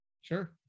Sure